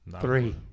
Three